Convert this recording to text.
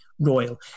royal